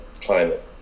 climate